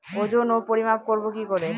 ওজন ও পরিমাপ করব কি করে?